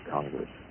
Congress